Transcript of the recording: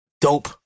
Dope